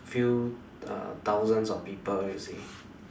few uh thousands of people you see